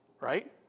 right